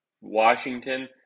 Washington